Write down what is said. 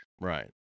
Right